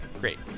Great